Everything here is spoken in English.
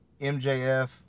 MJF